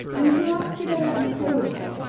and to ask you to let us go with you,